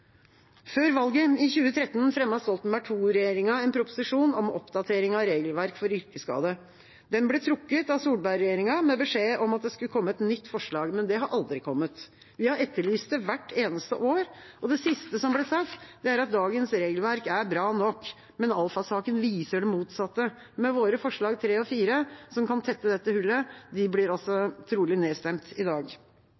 Før valget i 2013 fremmet Stoltenberg II-regjeringa en proposisjon om oppdatering av regelverket for yrkesskade. Den ble trukket av Solberg-regjeringa med beskjed om at det skulle komme et nytt forslag, men det har aldri kommet. Vi har etterlyst det hvert eneste år. Det siste som ble sagt, er at dagens regelverk er bra nok. Alpha-saken viser det motsatte. Men våre forslag, forslagene nr. 3 og 4, som kan tette dette hullet, blir